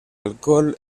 alcohol